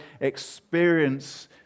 experience